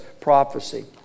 prophecy